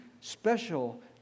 special